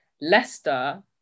Leicester